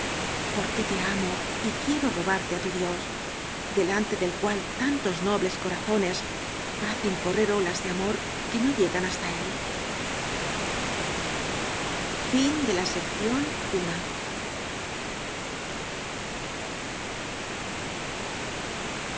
porque te amo y quiero robarteá tu dios delante del cual tantos nobles corazones hacen correr olas de amor que no lle gan hasta él me